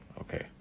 Okay